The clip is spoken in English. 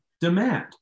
demand